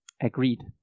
agreed